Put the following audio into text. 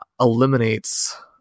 eliminates